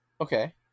Okay